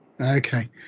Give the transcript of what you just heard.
Okay